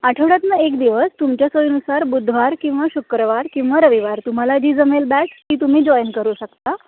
आठवड्यातून एक दिवस तुमच्या सोयीनुसार बुधवार किंवा शुक्रवार किंवा रविवार तुम्हाला जी जमेल बॅच ती तुम्ही जॉईन करू शकता